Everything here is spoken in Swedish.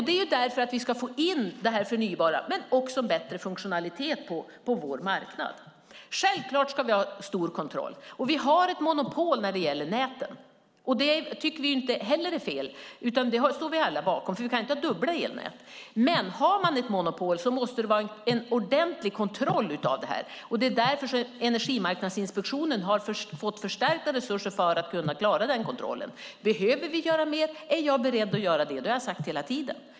Det är för att vi ska få in den förnybara energin och få bättre funktionalitet på vår marknad. Självklart ska vi ha stor kontroll. Vi har ett monopol när det gäller näten. Det är inte heller fel, utan det står vi alla bakom. Vi kan ju inte ha dubbla elnät. Men om vi har ett monopol måste det vara en ordentlig kontroll av det. Det är därför som Energimarknadsinspektionen har fått förstärkta resurser för att klara den kontrollen. Om vi behöver göra mer är jag beredd att göra så. Det har jag sagt hela tiden.